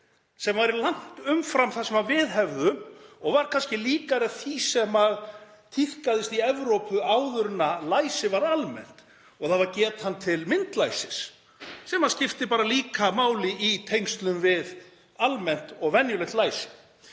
sem væri langt umfram það sem við hefðum og var kannski líkari því sem tíðkaðist í Evrópu áður en læsi varð almennt. Það var getan til myndlæsis sem skiptir bara líka máli í tengslum við almennt og venjulegt læsi.